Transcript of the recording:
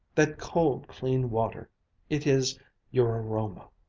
that cold, clean water it is your aroma!